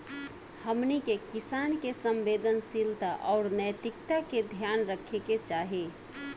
हमनी के किसान के संवेदनशीलता आउर नैतिकता के ध्यान रखे के चाही